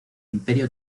imperio